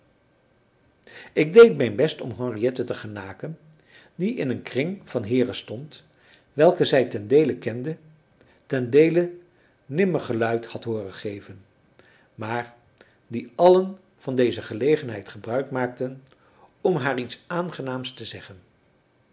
ik deed mijn best om henriette te genaken die in een kring van heeren stond welke zij ten deele kende ten deele nimmer geluid had hooren geven maar die allen van deze gelegenheid gebruik maakten om haar iets aangenaams te zeggen